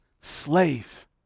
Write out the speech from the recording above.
slave